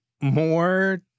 More